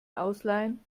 ausleihen